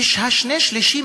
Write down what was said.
ושני-שלישים,